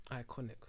Iconic